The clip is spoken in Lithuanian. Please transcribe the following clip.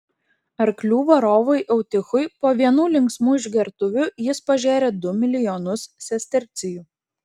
arklių varovui eutichui po vienų linksmų išgertuvių jis pažėrė du milijonus sestercijų